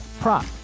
prop